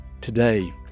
Today